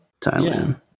Thailand